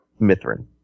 Mithrin